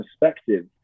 perspective